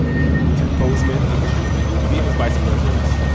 he moved to bozeman in june. he's eating his bison burgers.